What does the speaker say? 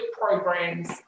programs